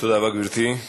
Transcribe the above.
תודה רבה, גברתי.